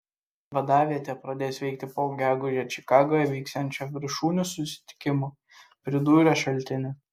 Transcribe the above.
vadavietė pradės veikti po gegužę čikagoje vyksiančio viršūnių susitikimo pridūrė šaltinis